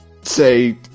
say